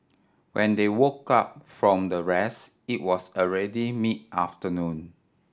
when they woke up from the rest it was already mid afternoon